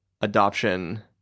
adoption